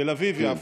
תל אביב-יפו,